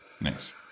Nice